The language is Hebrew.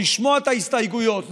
לשמוע את ההסתייגויות,